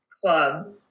club